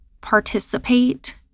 participate